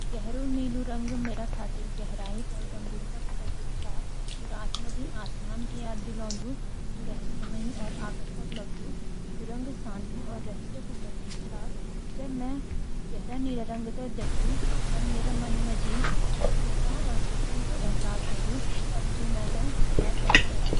गहरू नीलू रंग मेरा खातिर गहराई और गंभीरता कु प्रतीक छा। यू रात माजी आसमान की याद दिलोन्दु जू रहस्यामयी और आकर्षक लगदु। यु रंग शांति और रहस्य कु प्रतीक छा.जब मैं हां रंग ते देखदु तब मेरा मन माजी स्थिरा और सुकुन कू एहसास होंदु। तब यू मैके बहुत अछू लगदू।